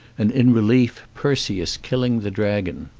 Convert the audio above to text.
and in relief perseus killing the dragon.